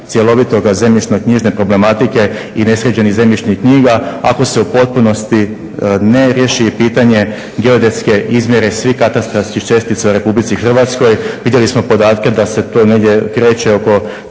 cjelovitoga zemljišno-knjižne problematike i nesređenih zemljišnih knjiga ako se u potpunosti ne riješi pitanje geodetske izmjere svih katastarskih čestica u Republici Hrvatskoj. Vidjeli smo podatke da se to negdje kreće oko